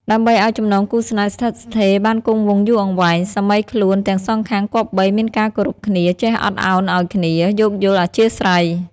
ដើម្បីឱ្យចំណងគូរស្នេហ៍ស្ថិតស្ថេរបានគង់វង្សយូរអង្វែង សាមីខ្លួនទាំងសងខាងគប្បីមានការគោរពគ្នា ចេះអត់ឳនឱ្យគ្នា យោគយល់អធ្យាស្រ័យ។